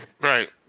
Right